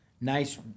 nice